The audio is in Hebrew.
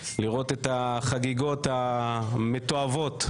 לראות את החגיגות המתועבות,